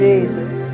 Jesus